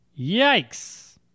Yikes